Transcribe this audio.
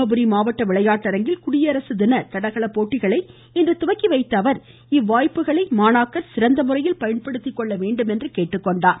தர்மபுரி மாவட்ட விளையாட்டரங்கில் குடியரசு தின தடகள போட்டிகளை இன்று தொடங்கி வைத்த இவ்வாய்ப்புகளை மாணாக்கர் அவர் சிறந்த முறையில் பயன்படுத்திக் கொள்ள வேண்டும் என்றார்